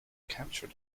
capture